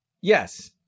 Yes